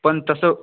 पण तसं